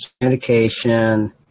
communication